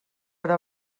hora